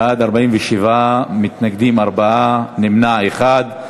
בעד, 47, מתנגדים 4, נמנע אחד.